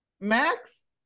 Max